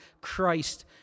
Christ